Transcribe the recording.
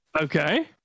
Okay